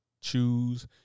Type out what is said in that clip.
choose